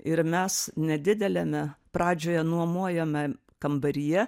ir mes nedideliame pradžioje nuomojome kambaryje